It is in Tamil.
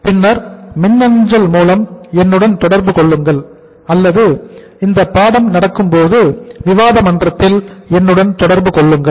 பின்னர் மின்னஞ்சல் மூலம் என்னுடன் தொடர்பு கொள்ளுங்கள் அல்லது இந்த பாடம் நடக்கும்போது விவாத மன்றத்தில் என்னுடன் தொடர்பு கொள்ளுங்கள்